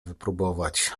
wypróbować